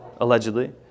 allegedly